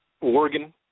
Oregon